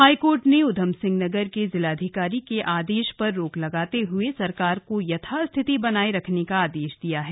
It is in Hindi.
हाईकोर्ट ने उधमसिंह नगर के जिलाधिकारी के आदेश पर रोक लगाते हुए सरकार को यथास्थिति बनाये रखने का आदेश दिया है